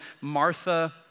Martha